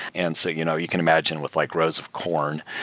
and so you know you can imagine with like rows of corn,